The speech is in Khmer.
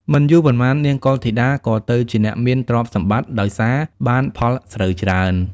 មិនយូរប៉ុន្មាន នាងកុលធីតា ក៏ទៅជាអ្នកមានទ្រព្យសម្បត្តិដោយសារបានផលស្រូវច្រើន។